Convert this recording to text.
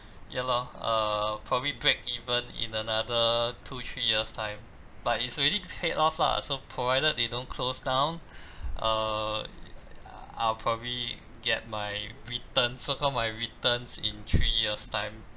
ya lor err probably break even in another two three years' time but it's already paid off lah so provided they don't close down err I'll probably get my returns so called my returns in three years' time